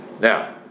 Now